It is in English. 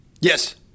Yes